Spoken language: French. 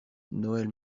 noël